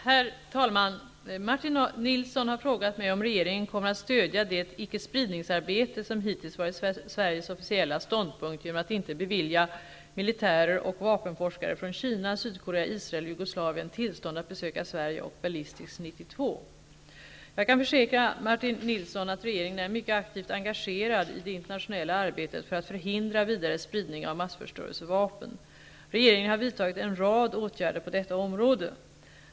Herr talman! Martin Nilsson har frågat mig om regeringen kommer att stödja det ickespridningsarbete som hittills varit Sveriges officiella ståndpunkt genom att inte bevilja militärer och vapenforskare från Kina, Sydkorea, Israel och Jugoslavien tillstånd att besöka Sverige och Jag kan försäkra Martin Nilsson att regeringen är mycket aktivt engagerad i det internationella arbetet för att förhindra vidare spridning av massförstörelsevapen. Regeringen har vidtagit en rad åtgärder på detta område.